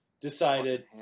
decided